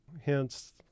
hence